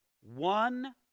One